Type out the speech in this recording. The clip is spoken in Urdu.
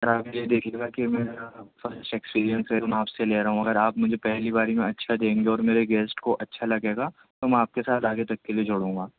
سر آپ یہ دیکھیئے گا کہ میں فرسٹ ایکسپریئنس میں آپ سے لے رہا ہوں اگر آپ مجھے پہلی باری میں اچھا دیں گے اور میرے گیسٹ کو اچھا لگے گا تو میں آپ کے ساتھ آگے تک کے لیے جوڑوں گا